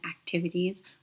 activities